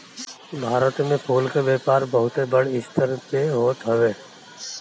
भारत में फूल के व्यापार बहुते बड़ स्तर पे होत हवे